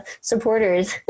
supporters